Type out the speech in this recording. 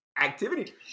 activity